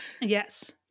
Yes